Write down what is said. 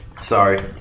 Sorry